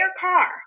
car